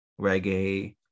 reggae